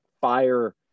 fire